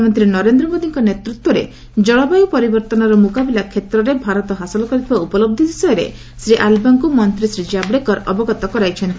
ପ୍ରଧାନମନ୍ତ୍ରୀ ନରେନ୍ଦ୍ର ମୋଦିଙ୍କ ନେତୃତ୍ୱରେ ଜଳବାୟୁ ପରିବର୍ତ୍ତନର ମୁକାବିଲା କ୍ଷେତ୍ରରେ ଭାରତ ହାସଲ କରିଥିବା ଉପଲଛି ବିଷୟରେ ଶ୍ରୀ ଆଲବାଙ୍କୁ ମନ୍ତ୍ରୀ ଶ୍ରୀ ଜାବଡେକର ଅବଗତ କରାଇଛନ୍ତି